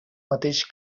mateix